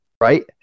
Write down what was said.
right